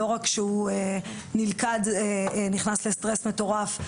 לא רק שהוא נכנס לסטרס מטורף,